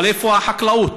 אבל איפה החקלאות?